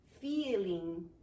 feeling